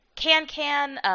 Can-Can